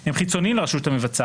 הם חיצוניים לרשות המבצעת,